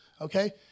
Okay